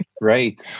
Right